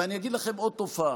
ואני אגיד לכם עוד תופעה,